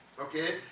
Okay